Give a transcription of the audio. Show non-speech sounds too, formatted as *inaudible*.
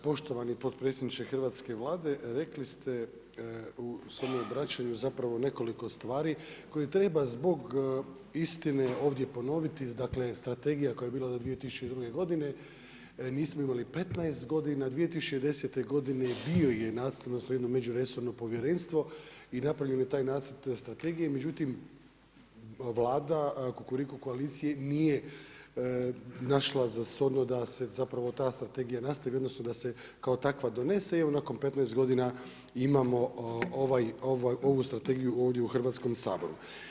Poštovani potpredsjedniče Hrvatske Vlade, rekli ste u svome obraćanju zapravo nekoliko stvari, koje treba zbog istine ovdje ponoviti, dakle, strategije koja je bila do 2002. godine, nismo imali 15 godina, 2010. godine bio je u … *unintelligible* jedno međuresorno povjerenstvo i povjerenstvo i napravljen je taj jedan nacrt strategije, međutim Vlada kukuriku koalicije nije našla za … *unintelligible* da se zapravo ta strategija nastavi, jednostavno da se kao takva donese i evo nakon 15 godine imamo ovu strategiju ovdje u Hrvatskom saboru.